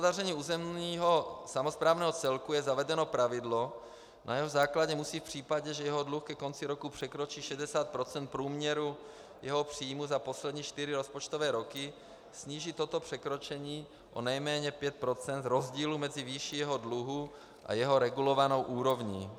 Ve vztahu k hospodaření územního samosprávného celku je zavedeno pravidlo, na jehož základě musí v případě, že jeho dluh ke konci roku překročí 60 % průměru jeho příjmu za poslední čtyři rozpočtové roky, snížit toto překročení o nejméně pět procent rozdílu mezi výší jeho dluhu a jeho regulovanou úrovní.